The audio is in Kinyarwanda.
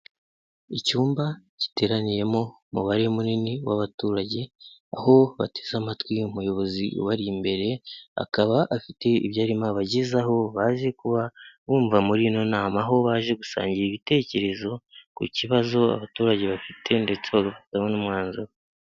Icyumba giteraniyemo umubare munini w'abaturage, aho bateze amatwi umuyobozi ubari imbere, akaba afite ibyo arimo abagezaho, baje kuba bumva muri ino nama, aho baje gusangira ibitekerezo ku kibazo abaturage bafite ndetse bagafataho n'umwanzuro.